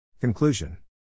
Conclusion